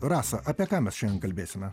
rasa apie ką mes šiandien kalbėsime